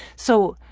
so,